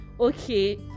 okay